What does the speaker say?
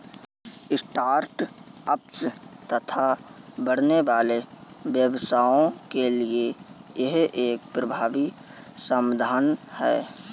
start ups तथा बढ़ने वाले व्यवसायों के लिए यह एक प्रभावी समाधान है